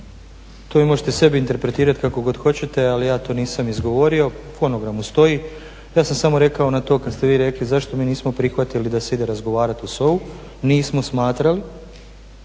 To vi možete sebi interpretirat kako god hoćete ali ja to nisam izgovorio, u fonogramu stoji. Ja sam samo rekao na to kad ste vi rekli zašto mi nismo prihvatili da se ide razgovarat u SOA-u nismo smatrali,